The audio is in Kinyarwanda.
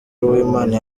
uwimana